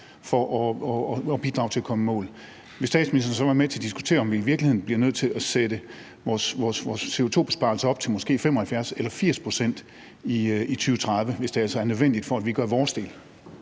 for at bidrage til at komme i mål, vil statsministeren så være med til at diskutere, om vi i virkeligheden bliver nødt til at sætte vores CO2-besparelser til op til måske 75 eller 80 pct. i 2030, hvis det altså er nødvendigt for, at vi gør vores del?